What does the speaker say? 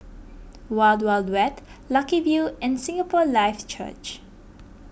Wild Wild Wet Lucky View and Singapore Life Church